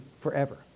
forever